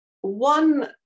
One